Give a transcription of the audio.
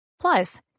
Plus